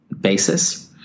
basis